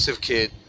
kid